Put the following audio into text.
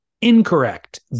Incorrect